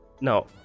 Now